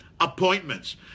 appointments